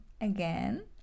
Again